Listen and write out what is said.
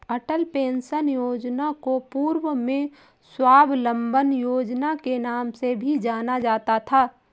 अटल pension योजना को पूर्व में स्वाबलंबन योजना के नाम से भी जाना जाता था